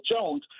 Jones